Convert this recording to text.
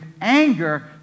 anger